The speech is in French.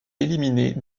éliminée